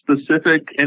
specific